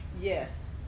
yes